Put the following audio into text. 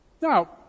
Now